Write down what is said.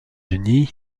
unis